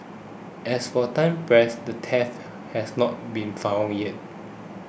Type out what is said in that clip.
as of time press the thief has not been found yet